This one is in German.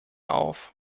auf